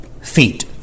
feet